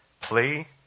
play